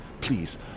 Please